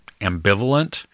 ambivalent